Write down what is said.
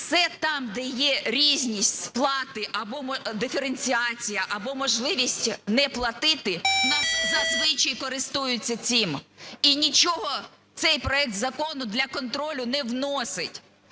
все там де є різні сплати або диференціація, або можливість не платити, у нас зазвичай користуються цим. І нічого цей проект закону для контролю не вносить.